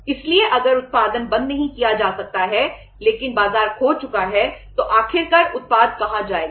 इसलिए अगर उत्पादन बंद नहीं किया जा सकता है लेकिन बाजार खो चुका है तो आखिर कर उत्पाद कहां जाएगा